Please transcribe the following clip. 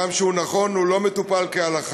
גם שהוא נכון הוא לא מטופל כהלכה.